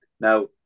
Now